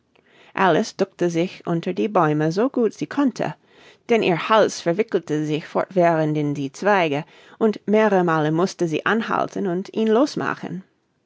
alice duckte sich unter die bäume so gut sie konnte denn ihr hals verwickelte sich fortwährend in die zweige und mehre male mußte sie anhalten und ihn losmachen